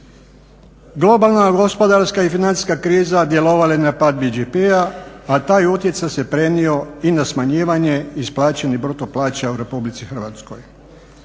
Globalna gospodarska i financijska kriza djelovala je na pad BDP-a, a taj utjecaj se prenio i na smanjivanje isplaćenih bruto plaća u RH. Dakle,